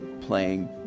playing